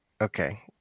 Okay